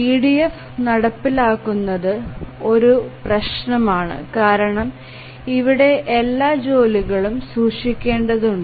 EDF നടപ്പിലാക്കുന്നത് ഒരു പ്രശ്നമാണ് കാരണം ഇവിടെ എല്ലാ ജോലികളും സൂക്ഷിക്കേണ്ടതുണ്ട്